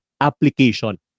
application